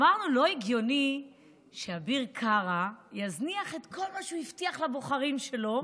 אמרנו: לא הגיוני שאביר קארה יזנח את כל מה שהוא הבטיח לבוחרים שלו.